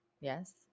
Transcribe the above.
yes